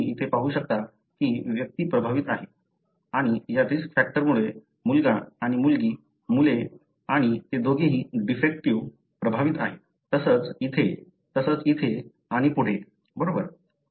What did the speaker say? तुम्ही येथे पाहू शकता ही व्यक्ती प्रभावित आहे आणि या रिस्क फॅक्टरमुळे मुलगा आणि मुलगी मुले आणि ते दोघेही डिफेक्टीव्ह प्रभावित आहेत तसंच इथे तसंच इथे आणि पुढे बरोबर